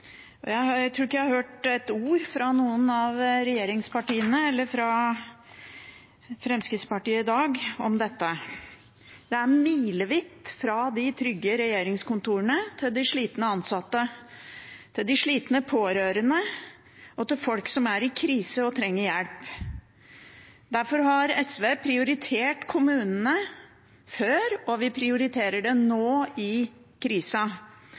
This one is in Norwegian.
tror ikke jeg har hørt ett ord fra noen av regjeringspartiene eller fra Fremskrittspartiet i dag om dette. Det er milevidt fra de trygge regjeringskontorene til de slitne ansatte, de slitne pårørende og folk som er i krise og trenger hjelp. Derfor har SV prioritert kommunene før, og vi prioriterer dem nå i krisa.